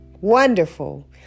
wonderful